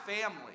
family